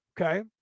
okay